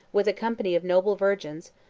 with a company of noble virgins,